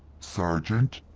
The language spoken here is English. sergeant,